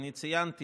אני ציינתי